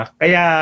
kaya